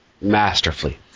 Masterfully